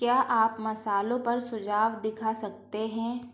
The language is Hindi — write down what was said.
क्या आप मसालो पर सुझाव दिखा सकते हैं